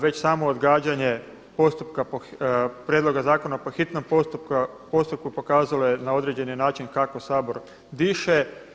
Već samo odgađanje postupka, prijedloga zakona po hitnom postupku pokazala je na određen način kako Sabor diše.